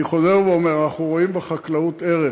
אני חוזר ואומר אנחנו רואים בחקלאות ערך,